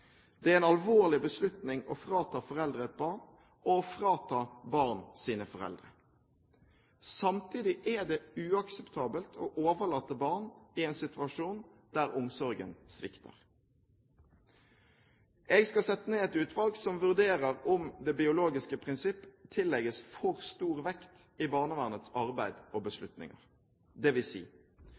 Det er en alvorlig beslutning å frata foreldre et barn – og å frata barn deres foreldre. Det er samtidig uakseptabelt å overlate barn i en situasjon der omsorgen svikter. Jeg skal sette ned et utvalg som vurderer om det biologiske prinsipp tillegges for stor vekt i barnevernets arbeid og beslutninger,